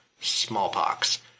smallpox